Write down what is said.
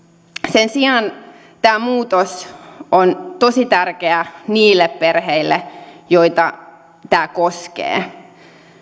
sen sijaan tämä muutos on tosi tärkeä niille perheille joita tämä koskee